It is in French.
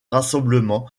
rassemblement